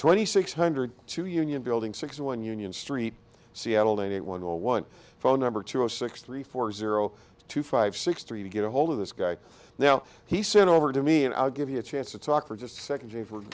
twenty six hundred two union building six one union street seattle day one or one phone number two zero six three four zero two five six three to get ahold of this guy now he sent over to me and i'll give you a chance to talk for just second